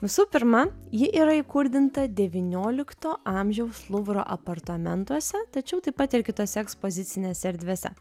visų pirma ji yra įkurdinta devyniolikto amžiaus luvro apartamentuose tačiau taip pat ir kitose ekspozicinėse erdvėse